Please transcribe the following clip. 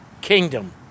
kingdom